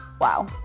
wow